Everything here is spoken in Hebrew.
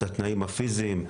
את התנאים הפיזיים,